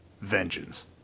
Vengeance